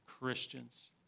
Christians